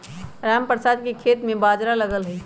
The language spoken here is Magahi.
रामप्रसाद के खेत में बाजरा लगल हई